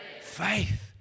Faith